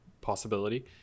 possibility